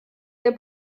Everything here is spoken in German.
der